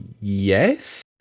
yes